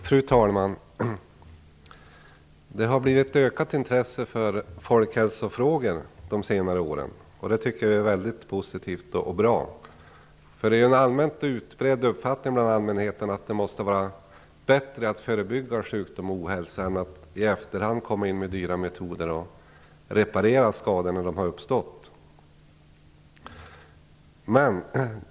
Fru talman! Det har blivit ett ökat intresse för folkhälsofrågor de senare åren, och det tycker jag är väldigt positivt och bra. Det är en allmänt utbredd uppfattning bland allmänheten att det måste vara bättre att förebygga sjukdom och ohälsa än att i efterhand komma in med dyra metoder och reparera skador när de har uppstått.